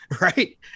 right